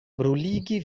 bruligi